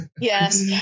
Yes